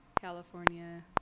California